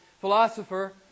philosopher